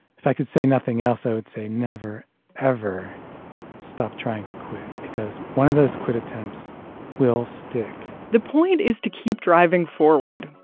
if i could say nothing else, i would say never ever stop trying to quit because one of those quit attempts will stick the point is to keep driving forward.